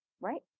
Right